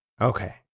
Okay